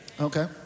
Okay